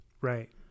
Right